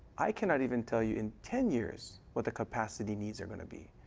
i candidate even tell you in ten years, what the capacity needs are going to be.